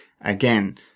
Again